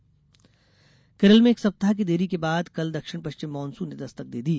monsoon Kerala में एक सप्ताह की देरी के बाद कल दक्षिण पश्चिम मानसून ने दस्तक दे दी